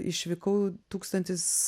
išvykau tūkstantis